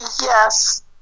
Yes